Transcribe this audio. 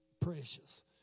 precious